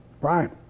Brian